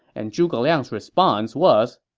and zhuge liang's response was,